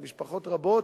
זה משפחות רבות,